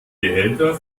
behälter